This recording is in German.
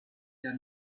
der